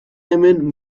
hemen